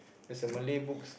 there's a Malay books